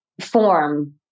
form